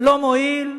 לא מועיל.